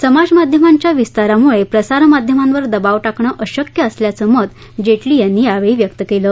समाजमाध्यमांच्या विस्तारामुळे प्रसारमाध्यमावर दबाब टाकणं अशक्य असल्याचं मत जेटली यांनी व्यक्त केलं